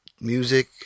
Music